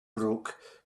broke